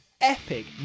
epic